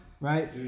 right